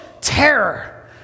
terror